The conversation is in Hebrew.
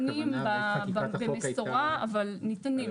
ניתנים, במשורה אבל ניתנים.